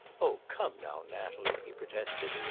oh, come now, natalie, he protested.